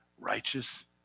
Righteous